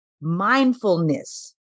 mindfulness